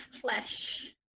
flesh